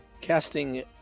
casting